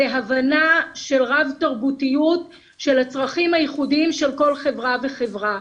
הבנה של רב תרבותיות של הצרכים הייחודיים של כל חברה וחברה.